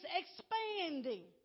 expanding